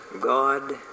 God